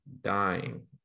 dying